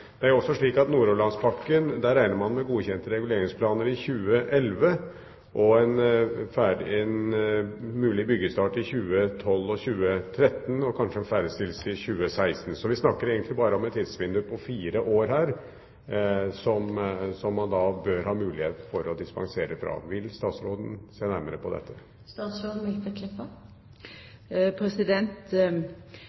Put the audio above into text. Det er også slik at når det gjelder Nordhordlandspakken, regner man med godkjente reguleringsplaner i 2011 og mulig byggestart i 2012 og 2013, og kanskje ferdigstillelse i 2016. Vi snakker egentlig bare om et tidsvindu på fire år, som man bør ha mulighet til å dispensere fra. Vil statsråden se nærmere på dette?